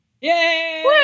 Yay